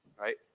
right